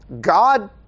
God